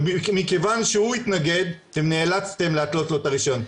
ומכיוון שהוא התנגד אתם נאלצתם להתלות לו את הרישיון,